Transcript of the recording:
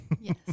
Yes